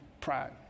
pride